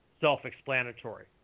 self-explanatory